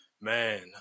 man